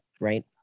right